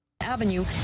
avenue